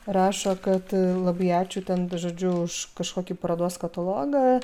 rašo kad labai ačiū ten žodžiu už kažkokį parodos katalogą